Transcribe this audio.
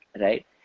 right